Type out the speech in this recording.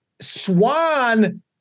Swan